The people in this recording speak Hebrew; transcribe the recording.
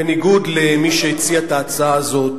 בניגוד למי שהציע את ההצעה הזאת,